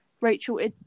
Rachel